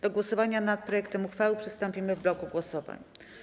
Do głosowania nad projektem uchwały przystąpimy w bloku głosowań.